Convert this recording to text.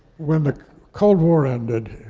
when the cold war ended,